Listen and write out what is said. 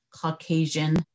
Caucasian